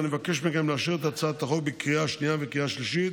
אני מבקש מכם לאשר את הצעת החוק בקריאה השנייה ובקריאה השלישית